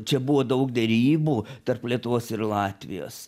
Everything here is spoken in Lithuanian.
čia buvo daug derybų tarp lietuvos ir latvijos